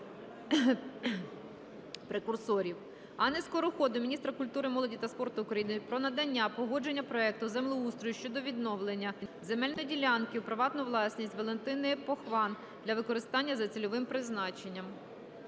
Анни Скороход до міністра культури, молоді та спорту України про надання погодження проекту землеустрою щодо відведення земельної ділянки у приватну власність Валентини Повхан для використання за цільовим призначенням.